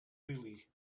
really